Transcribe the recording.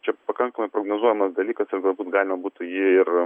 čia pakankamai prognozuojamas dalykas ir galbūt galima būtų jį ir